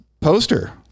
poster